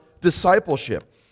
discipleship